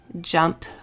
jump